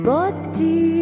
Body